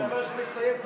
אני ממש מסיים.